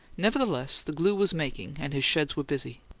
nevertheless, the glue was making, and his sheds were busy.